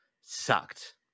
sucked